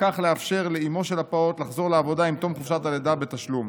ובכך לאפשר לאימו של הפעוט לחזור לעבודה עם תום חופשת הלידה בתשלום.